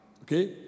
Okay